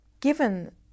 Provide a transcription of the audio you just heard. Given